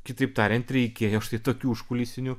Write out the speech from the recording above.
kitaip tariant reikėjo štai tokių užkulisinių